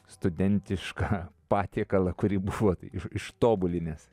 studentišką patiekalą kurį buvot ištobulinęs